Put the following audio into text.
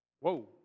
Whoa